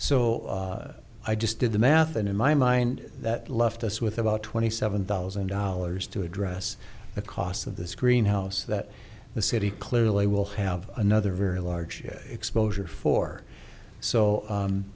so i just did the math and in my mind that left us with about twenty seven thousand dollars to address the cost of this green house that the city clearly will have another very large exposure for so